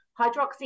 hydroxy